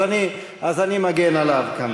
אז אני מגן עליו כאן,